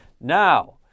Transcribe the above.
Now